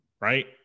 right